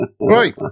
Right